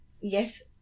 yes